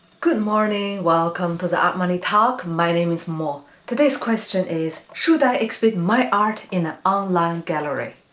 good morning, welcome to the art money talk. my name is mo today's question is should i exhibit my art in an online gallery?